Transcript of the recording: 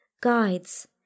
guides